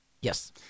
Yes